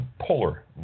polar